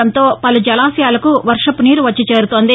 ందటంతో పలు జలాశయాలకు వర్షపు నీరు వచ్చి చేరుతుంది